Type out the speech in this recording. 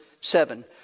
seven